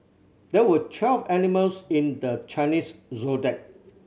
there are twelve animals in the Chinese Zodiac